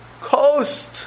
coast